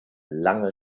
lange